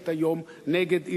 המתנהלת היום נגד אירן.